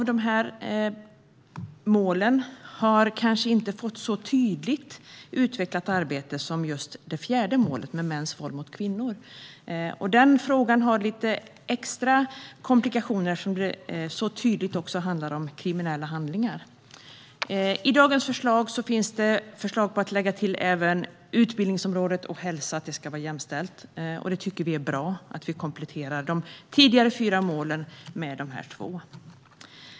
En del av målen har kanske inte fått ett så tydligt utvecklat arbete som det fjärde målet, om mäns våld mot kvinnor. Den frågan har lite extra komplikationer, eftersom det så tydligt rör sig om kriminella handlingar. I dagens betänkande finns det förslag på att lägga till områdena jämställd utbildning och jämställd hälsa. Vi tycker att det är bra att de tidigare fyra målen kompletteras med de här två.